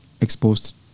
exposed